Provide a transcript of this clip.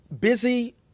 busy